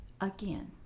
again